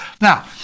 Now